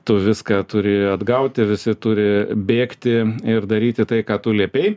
tu viską turi atgauti visi turi bėgti ir daryti tai ką tu liepei